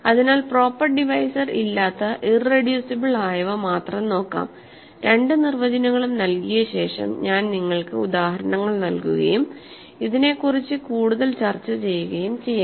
അതിനാൽ proper divisor ഇല്ലാത്ത irreducible ആയവ മാത്രം നോക്കാം രണ്ട് നിർവചനങ്ങളും നൽകിയ ശേഷം ഞാൻ നിങ്ങൾക്ക് ഉദാഹരണങ്ങൾ നൽകുകയും ഇതിനെക്കുറിച്ച് കൂടുതൽ ചർച്ച ചെയ്യുകയും ചെയ്യും